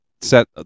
set